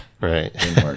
Right